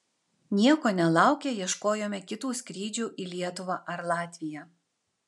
nieko nelaukę ieškojome kitų skrydžių į lietuvą ar latviją